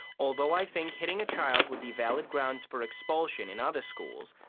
although i think hitting a child would be valid grounds for expulsion in other schools,